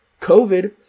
COVID